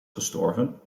gestorven